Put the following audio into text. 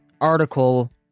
article